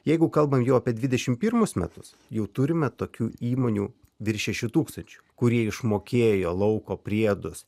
jeigu kalbame jau apie dvidešimt pirmus metus jau turime tokių įmonių virš šešių tūkstančių kurie išmokėjo lauko priedus